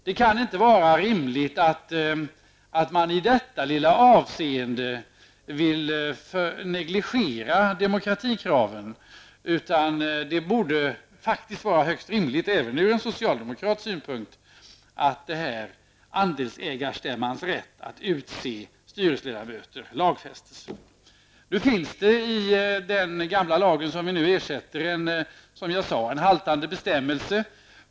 Det kan inte vara rimligt att man i detta lilla avseende vill negligera demokratikraven, utan det borde faktiskt vara högst rimligt även ur en socialdemokrats synpunkt att andelsägarstämmans rätt att utse styrelseledamöter lagfästes. I den gamla lag som vi nu ersätter finns det en haltande bestämmelse.